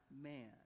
man